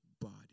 body